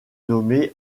nommée